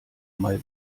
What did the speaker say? mal